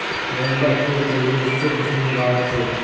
गेंदा फुल तेजी से कुंसम बार से?